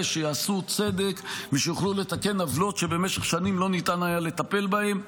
שיעשו צדק ושיוכלו לתקן עוולות שבמשך שנים לא ניתן היה לטפל בהם.